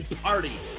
party